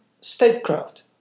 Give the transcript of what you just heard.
statecraft